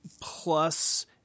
plus